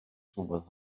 rhywbeth